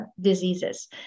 diseases